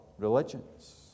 religions